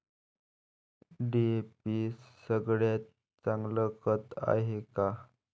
DAP सगळ्यात चांगलं खत हाये का?